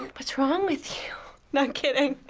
um what's wrong with you i'm kidding.